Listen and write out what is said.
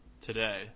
today